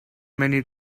many